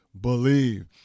believe